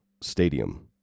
Stadium